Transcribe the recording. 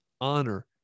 honor